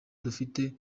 dufite